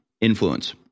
influence